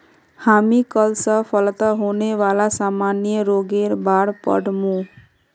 हामी कल स फलत होने वाला सामान्य रोगेर बार पढ़ मु